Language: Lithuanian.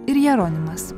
ir jeronimas